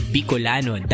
Bicolano